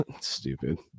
stupid